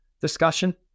discussion